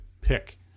pick